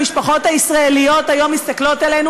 המשפחות הישראליות היום מסתכלות עלינו